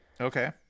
Okay